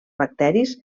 bacteris